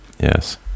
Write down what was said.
yes